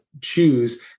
choose